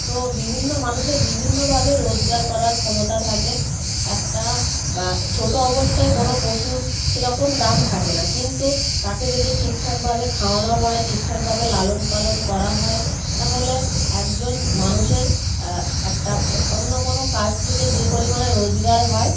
তো বিভিন্ন মানুষের বিভিন্ন ভাবে রোজগার করার ক্ষমতা থাকে একটা ছোট অবস্থায় কোনও পশুর সেরকম দাম থাকে না কিন্তু তাকে যদি ঠিকঠাকভাবে খাওয়ানো হয় ঠিকঠাকভাবে লালন পালন করা হয় তাহলে একজন মানুষের একটা অন্য কোনও কাজ থেকে যে পরিমাণে রোজগার হয়